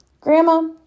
Grandma